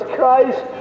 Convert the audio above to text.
Christ